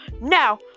Now